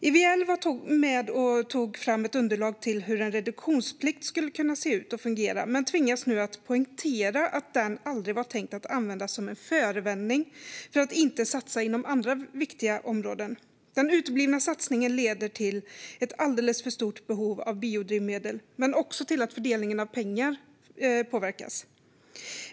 IVL var med och tog fram ett underlag till hur en reduktionsplikt skulle kunna se ut och fungera, men de tvingas nu att poängtera att den aldrig var tänkt att användas som en förevändning för att inte satsa inom andra viktiga områden. Den uteblivna satsningen leder till ett alldeles för stort behov av biodrivmedel men också till att fördelningen av pengar påverkas.